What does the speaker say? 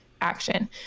action